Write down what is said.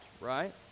right